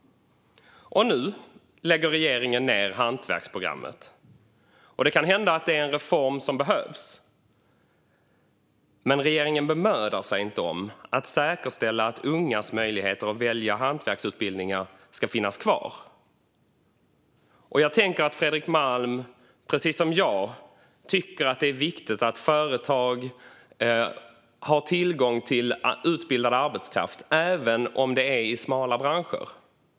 Och nu lägger regeringen ned hantverksprogrammet. Det kan hända att det är en reform som behövs, men regeringen bemödar sig inte om att säkerställa att ungas möjligheter att välja hantverksutbildningar ska finnas kvar. Jag tänker att Fredrik Malm, precis som jag, tycker att det är viktigt att företag har tillgång till utbildad arbetskraft, även i smala branscher.